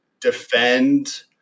defend